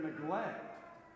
neglect